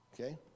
Okay